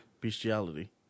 Bestiality